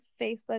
Facebook